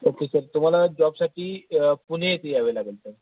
okay sir तुम्हाला जॉबसाठी पुणे येथे यावं लागेल सर